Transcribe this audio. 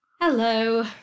Hello